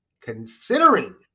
considering